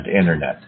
internet